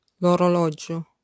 l'orologio